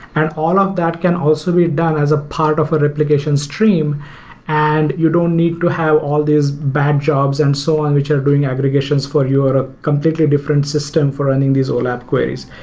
and all of that can also be done as a part of a replication stream and you don't need to have all these bad jobs and so on which are doing aggregations for you or a completely different system for running these olap queries.